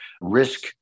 risk